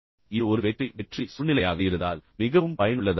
இது ஒரு வெற்றி வெற்றி சூழ்நிலையாக இருந்தால் அது மிகவும் பயனுள்ளதாக இருக்கும்